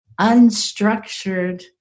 unstructured